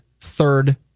third